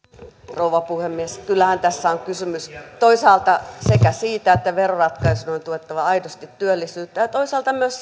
rouva puhemies kyllähän tässä on kysymys toisaalta siitä että veroratkaisujen on tuettava aidosti työllisyyttä ja toisaalta myös